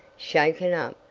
shaken up,